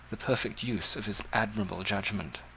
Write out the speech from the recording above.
the perfect use of his admirable judgment.